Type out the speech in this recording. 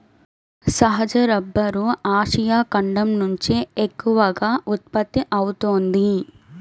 సహజ rubber Asia ఖండం నుంచే ఎక్కువగా ఉత్పత్తి అవుతోంది